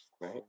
right